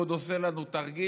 והוא עוד עושה לנו תרגיל,